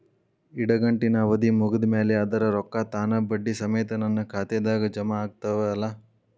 ಇಡಗಂಟಿನ್ ಅವಧಿ ಮುಗದ್ ಮ್ಯಾಲೆ ಅದರ ರೊಕ್ಕಾ ತಾನ ಬಡ್ಡಿ ಸಮೇತ ನನ್ನ ಖಾತೆದಾಗ್ ಜಮಾ ಆಗ್ತಾವ್ ಅಲಾ?